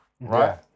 right